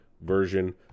version